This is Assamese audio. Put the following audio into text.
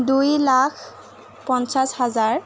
দুই লাখ পঞ্চাছ হাজাৰ